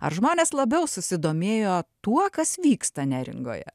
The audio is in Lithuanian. ar žmonės labiau susidomėjo tuo kas vyksta neringoje